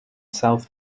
south